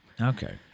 Okay